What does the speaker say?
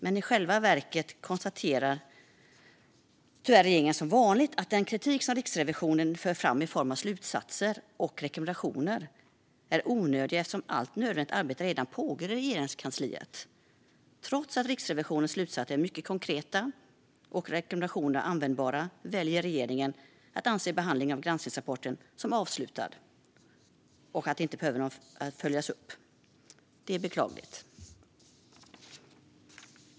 Men i själva verket konstaterar regeringen tyvärr som vanligt att den kritik som Riksrevisionen för fram i form av slutsatser och rekommendationer är onödig eftersom allt nödvändigt arbete redan pågår i Regeringskansliet. Trots att Riksrevisionens slutsatser är mycket konkreta och dess rekommendationer användbara väljer regeringen att se behandlingen av granskningsrapporten som avslutad och anser att den inte behöver följas upp. Det är beklagligt.